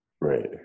Right